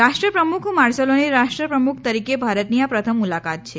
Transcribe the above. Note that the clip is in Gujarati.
રાષ્ટ્રપ્રમુખ માર્સેલોની રાષ્ટ્રપપ્રમુખ તરીકે ભારતની આ પ્રથમ મુલાકાત છે